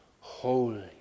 Holy